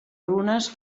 runes